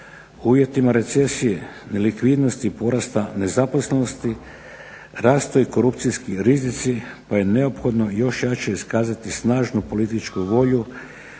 uvjetima recesije, nelikvidnosti i porasta nezaposlenosti raste i korupcijski rizici pa je neophodno još jače iskazati snažnu političku volju